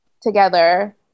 together